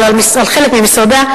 אבל על חלק ממשרדיה,